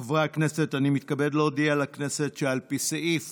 חברי הכנסת, אני מתכבד להודיע לכנסת שעל פי סעיף